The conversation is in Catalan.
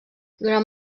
durant